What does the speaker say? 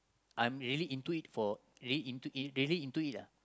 I'm really into it for really into it really into it lah